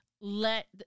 let